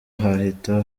hahita